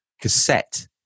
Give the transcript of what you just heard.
cassette